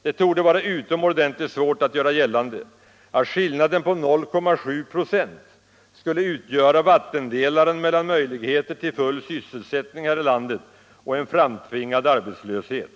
Det torde vara utomordentligt svårt att göra gällande, att skillnaden på 0,7 96 skulle utgöra vattendelaren mellan möjligheter till full sysselsättning här i landet och en framtvingad arbetslöshet.